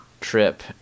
trip